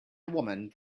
woman